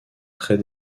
très